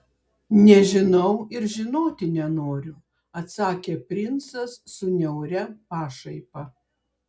nežinau ir žinoti nenoriu atsakė princas su niauria pašaipa